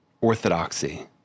orthodoxy